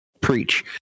preach